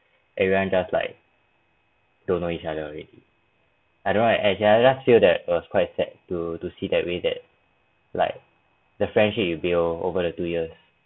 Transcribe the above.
everyone just like don't know each other already I don't want you as you as I feel that was quite sad to see that way that like the friendship you build over the two years